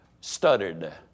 stuttered